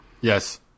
Yes